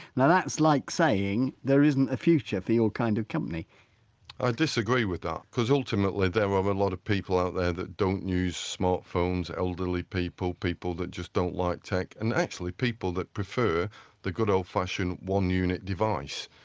now that's like saying there isn't a future for your kind of company i ah disagree with that because ultimately there are a lot of people out there that don't use smartphones elderly people, people that just don't like tech and actually people that prefer the good old fashion one unit device.